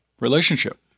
relationship